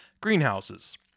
greenhouses